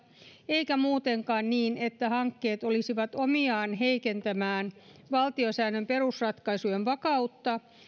eikä muutenkaan niin että hankkeet olisivat omiaan heikentämään valtiosäännön perusratkaisujen vakautta